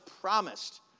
promised